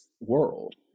world